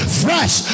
fresh